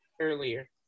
earlier